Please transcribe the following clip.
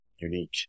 unique